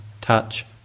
touch